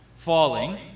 Falling